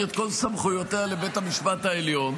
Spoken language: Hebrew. את כל סמכויותיה לבית המשפט העליון,